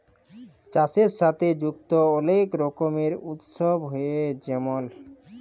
চাষের সাথে যুক্ত অলেক রকমের উৎসব হ্যয়ে যেমল